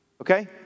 Okay